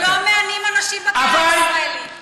לא מענים אנשים בכלא הישראלי, השכלה.